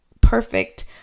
perfect